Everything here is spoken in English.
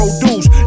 produce